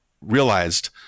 realized